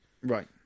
right